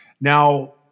Now